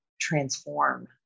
transform